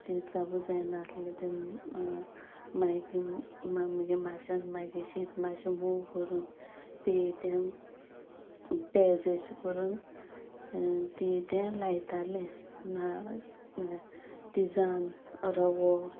शीत चाबू जायनाासलें तें मागी मागे माशेन मागी शीत माातशें मोव करून ते तें पेजश करून ते तें लायताले न तिजान रवो